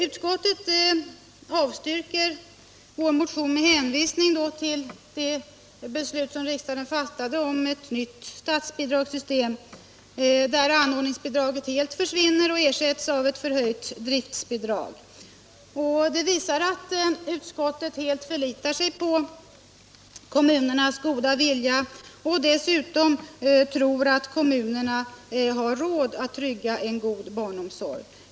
Utskottet avstyrker vår motion med hänvisning till det beslut som riksdagen fattat om ett nytt statsbidragssystem, där anordningsbidraget helt försvinner och ersätts av ett förhöjt driftbidrag. Det visar att utskottet helt förlitar sig på kommunernas goda vilja och dessutom tror att kommunerna har råd att trygga en god barnomsorg.